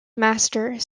master